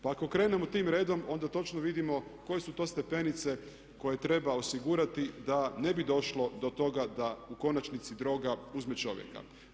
Pa ako krenemo tim redom, onda točno vidimo koje su to stepenice koje treba osigurati da ne bi došlo do toga da u konačnici droga uzme čovjeka.